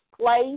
place